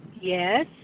Yes